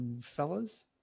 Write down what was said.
fellas